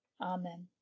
Amen